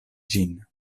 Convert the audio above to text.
ĝin